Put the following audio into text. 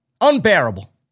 Unbearable